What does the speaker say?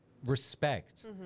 respect